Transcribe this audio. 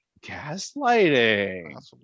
gaslighting